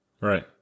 Right